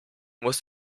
musst